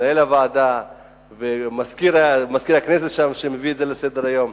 למנהל הוועדה ולמזכיר הכנסת שמביא את זה לסדר-היום.